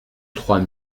trois